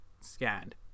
scanned